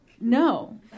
no